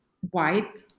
white